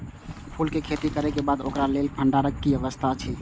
फूल के खेती करे के बाद ओकरा लेल भण्डार क कि व्यवस्था अछि?